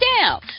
down